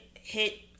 hit